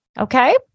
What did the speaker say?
Okay